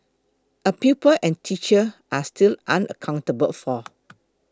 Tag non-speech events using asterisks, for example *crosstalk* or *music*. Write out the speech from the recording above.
a pupil and teacher are still unaccounted for *noise*